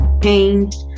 changed